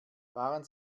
fahren